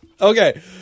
Okay